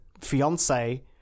fiance